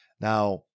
Now